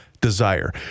desire